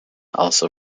also